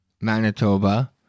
Manitoba